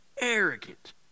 Arrogant